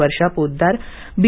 वर्षा Potdar बी